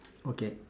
okay